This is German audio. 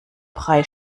brei